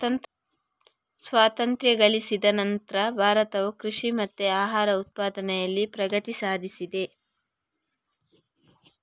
ಸ್ವಾತಂತ್ರ್ಯ ಗಳಿಸಿದ ನಂತ್ರ ಭಾರತವು ಕೃಷಿ ಮತ್ತೆ ಆಹಾರ ಉತ್ಪಾದನೆನಲ್ಲಿ ಪ್ರಗತಿ ಸಾಧಿಸಿದೆ